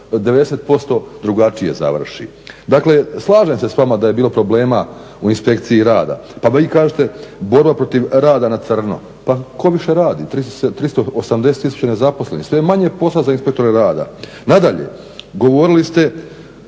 90% drugačije završi. Dakle, slažem se s vama da je bilo problema u inspekciji rada, pa vi kažete borba protiv rada na crno, pa tko više radi, 380 tisuća nezaposlenih, sve je manje posla za inspektore rada. Nadalje, govorili ste,